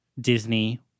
Disney